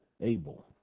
Abel